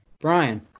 Brian